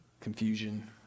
confusion